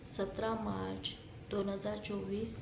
सतरा मार्च दोन हजार चोवीस